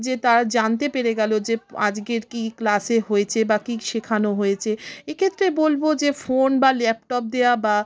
যে তারা জানতে পেরে গেল যে আজগের কী ক্লাসে হয়েছে বা কী শেখানো হয়েছে এক্ষেত্রে বলবো যে ফোন বা ল্যাপটপ দেয়া বা